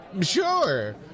Sure